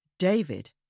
David